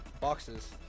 boxes